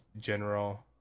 general